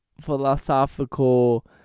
philosophical